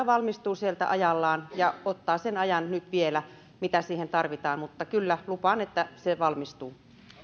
valmistuu sieltä ajallaan ja ottaa sen ajan nyt vielä mitä siihen tarvitaan mutta kyllä lupaan että se valmistuu